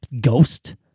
ghost